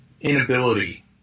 inability